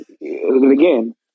again